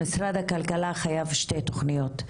משרד הכלכלה חייב שתי תוכניות,